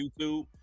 YouTube